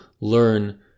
learn